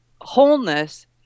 wholeness